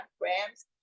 grams